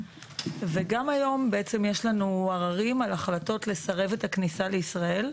וגם היום יש לנו עררים על החלטות לסרב את הכניסה לישראל.